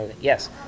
Yes